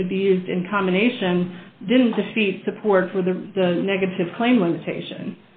they could be used in combination didn't defeat support for the negative claim limitation